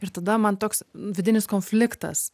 ir tada man toks vidinis konfliktas